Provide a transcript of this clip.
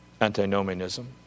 antinomianism